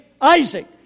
Isaac